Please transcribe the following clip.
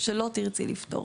שלא תרצי לפטור.